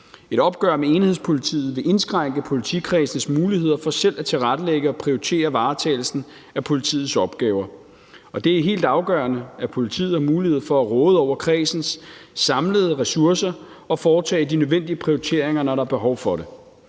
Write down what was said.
Et opgør med enhedspolitiet vil indskrænke politikredsenes muligheder for selv at tilrettelægge og prioritere varetagelsen af politiets opgaver, og det er helt afgørende, at politiet har mulighed for at råde over kredsens samlede ressourcer og foretage de nødvendige prioriteringer, når der er behov for det.